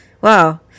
Wow